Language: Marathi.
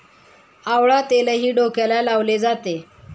आवळा तेलही डोक्याला लावले जाते